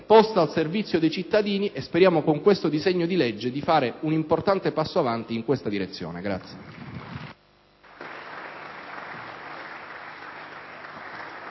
posta al servizio dei cittadini, e speriamo con questo disegno di legge di fare un importante passo avanti in questa direzione.